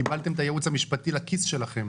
קיבלתם את הייעוץ המשפטי לכיס שלכם.